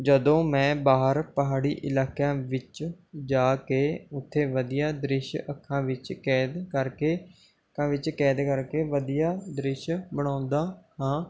ਜਦੋਂ ਮੈਂ ਬਾਹਰ ਪਹਾੜੀ ਇਲਾਕਿਆਂ ਵਿੱਚ ਜਾ ਕੇ ਉੱਥੇ ਵਧੀਆ ਦ੍ਰਿਸ਼ ਅੱਖਾਂ ਵਿੱਚ ਕੈਦ ਕਰਕੇ ਅੱਖਾਂ ਵਿੱਚ ਕੈਦ ਕਰਕੇ ਵਧੀਆ ਦ੍ਰਿਸ਼ ਬਣਾਉਂਦਾ ਹਾਂ